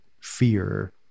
fear